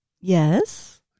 Yes